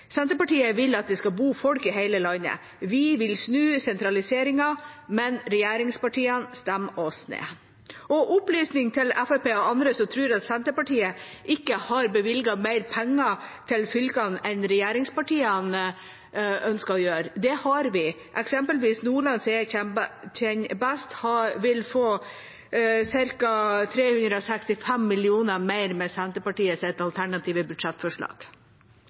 Senterpartiet vil at det skal bo folk i hele landet. Vi vil snu sentraliseringen, men regjeringspartiene stemmer oss ned. En opplysning til Fremskrittspartiet og andre som tror at Senterpartiet ikke har bevilget mer penger til fylkene enn regjeringspartiene ønsker å gjøre: Det har vi. Eksempelvis vil Nordland, som jeg kjenner best, få ca. 365 mill. kr mer med Senterpartiets alternative budsjettforslag.